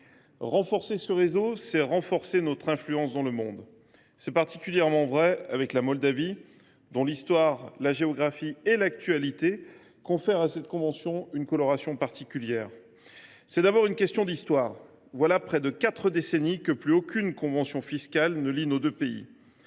Renforcer ce réseau, c’est renforcer notre influence dans le monde. C’est particulièrement vrai avec la Moldavie, dont l’histoire, la géographie et l’actualité confèrent à cette convention une coloration particulière. C’est d’abord une question d’histoire. Voilà près de quatre décennies que plus aucune convention fiscale ne lie nos deux pays.